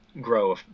grow